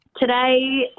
Today